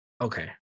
Okay